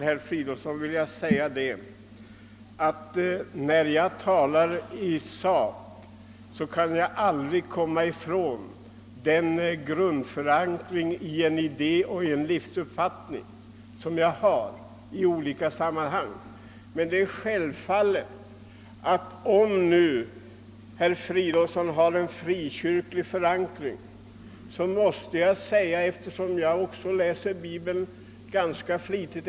Herr talman! När jag talar i sak, herr Fridolfsson i Stockholm, kan jag aldrig komma ifrån den grundförankring i en idé och livsuppfattning som jag har. Jag läser också Bibeln ganska flitigt.